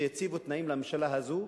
שיציבו תנאים לממשלה הזאת,